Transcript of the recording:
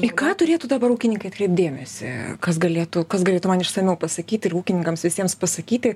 į ką turėtų dabar ūkininkai atkreipt dėmesį kas galėtų kas galėtų man išsamiau pasakyti ir ūkininkams visiems pasakyti